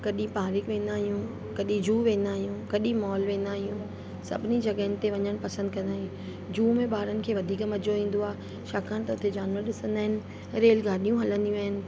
कॾहिं पारिक वेंदा आहियूं कॾहिं जू वेंदा आहियूं कॾहिं मॉल वेंदा आहियूं सभिनी जॻहयुनि ते वञण पसंदि कंदा आहियूं जू में ॿारनि खे वधीक मज़ो ईंदो आहे छाकाणि त हुते जानवर ॾिसंदा आहिनि रेल गाॾियूं हलंदियूं आहिनि